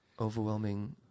Overwhelming